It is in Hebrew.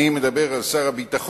אני מדבר על שר הביטחון,